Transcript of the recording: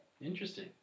Interesting